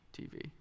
TV